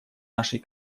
нашей